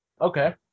Okay